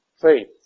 faith